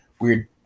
weird